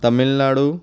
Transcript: Tamil Nadu